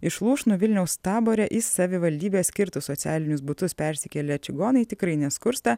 iš lūšnų vilniaus tabore į savivaldybės skirtus socialinius butus persikėlę čigonai tikrai neskursta